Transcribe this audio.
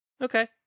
Okay